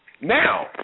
Now